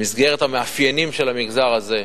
במסגרת המאפיינים של המגזר הזה,